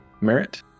merit